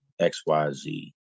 XYZ